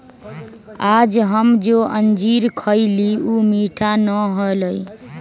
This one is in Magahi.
आज हम जो अंजीर खईली ऊ मीठा ना हलय